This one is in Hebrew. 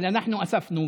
אבל אנחנו אספנו,